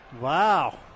Wow